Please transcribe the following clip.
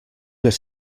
les